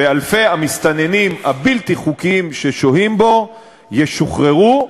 ואלפי המסתננים הבלתי-חוקיים ששוהים בו ישוחררו,